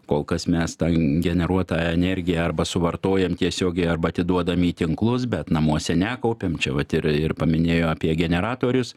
kol kas mes tą generuotą energiją arba suvartojam tiesiogiai arba atiduodame į tinklus bet namuose nekaupiam čia vat ir ir paminėjo apie generatorius